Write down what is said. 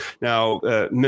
now